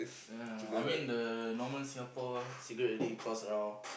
uh I mean the normal Singapore cigarette already cost around